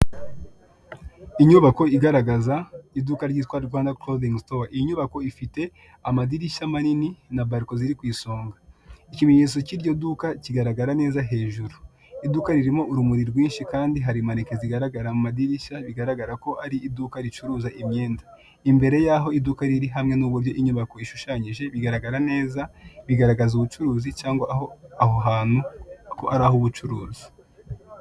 Inyubako igaragaza iduka ryitwa Rwanda korovingi sitowa. Iyi nyubako ifite amadirishya manini na bariko ziri ku isonga. Ikimenyetso cy'iryo duka, kigaragara neza hejuru. Iduka ririmo urumuri rwinshi, kandi hari maneke zigaragara mu madirishya, bigaragara ko ari iduka ricuruza imyenda. Imbere y' aho iduka riri hamwe n' uburyo iduka rishushanyije, bigaragara neza; bigaragaza ubucuruzi cyangwa ko aho hantu ari aho ubucuruzi.